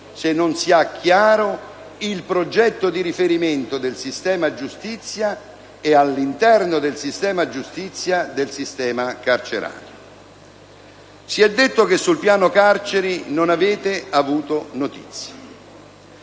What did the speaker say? se non si ha chiaro il progetto di riferimento del sistema giustizia e, all'interno di esso, del sistema carcerario. Si è detto che sul piano carceri non avete avuto notizie,